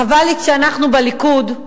חבל לי שאנחנו בליכוד,